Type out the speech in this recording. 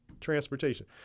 transportation